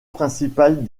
principales